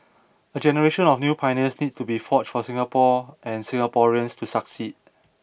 a generation of new pioneers needs to be forged for Singapore and Singaporeans to succeed